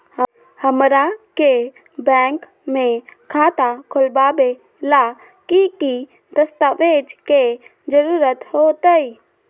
हमरा के बैंक में खाता खोलबाबे ला की की दस्तावेज के जरूरत होतई?